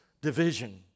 division